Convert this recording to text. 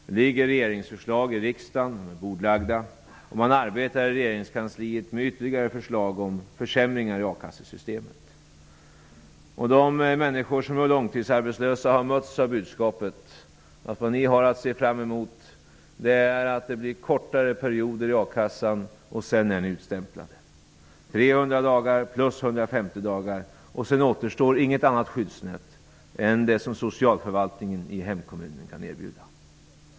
Det ligger bordlagda regeringsförslag i riksdagen, och man arbetar i regeringskansliet med ytterligare förslag om försämringar i a-kassesystemet. De människor som är långtidsarbetslösa har mötts av budskapet: Vad ni har att se fram emot är kortare ersättningsperioder i a-kassan. Sedan blir ni utstämplade. Det skall vara 300 dagar plus 150 dagar. Sedan återstår inget annat skyddsnät än det som socialförvaltningen i hemkommunen kan erbjuda.